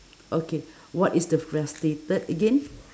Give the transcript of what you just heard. okay what is the frustrated again